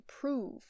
prove